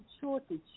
shortage